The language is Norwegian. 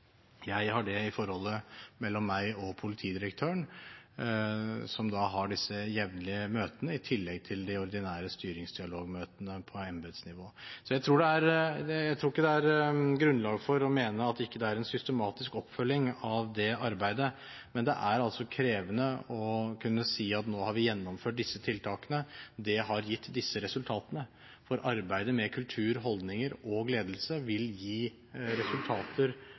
Jeg har det i forholdet mellom meg og politidirektøren, som har jevnlige møter i tillegg til de ordinære styringsdialogmøtene på embetsnivå. Jeg tror ikke det er grunnlag for å mene at det ikke er en systematisk oppfølging av det arbeidet, men det er krevende å kunne si: Nå har vi gjennomført disse tiltakene, og det har gitt disse resultatene. Arbeidet med kultur, holdninger og ledelse vil gi